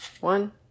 One